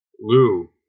Lou